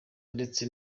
ndetse